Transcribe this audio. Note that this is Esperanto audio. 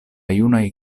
junaj